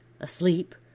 asleep